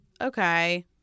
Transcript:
okay